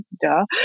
Duh